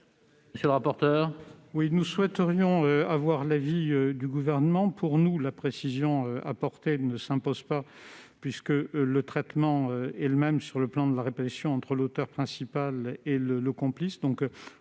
monsieur le rapporteur.